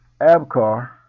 Abkar